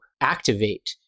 activate